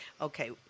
Okay